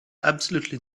absolutely